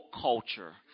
culture